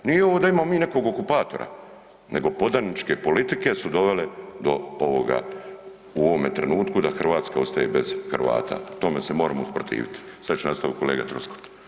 Nije ovo da imamo mi nekog okupatora, nego podaničke politike su dovele do ovoga u ovome trenutku da Hrvatska ostaje bez Hrvata, tome se moramo protivit, sad će nastavit kolega Troskot.